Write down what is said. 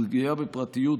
פגיעה בפרטיות,